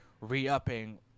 re-upping